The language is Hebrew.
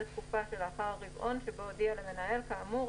התקופה שלאחר הרבעון שבו הודיע למנהל כאמור,